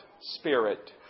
spirit